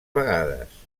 vegades